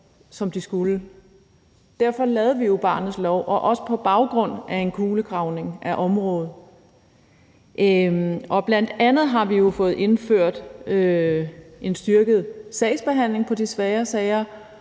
som de skulle. Derfor lavede vi jo barnets lov, og det var også på baggrund af en kulegravning af området. Bl.a. har vi jo fået indført en styrket sagsbehandling på de svære sager,